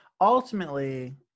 ultimately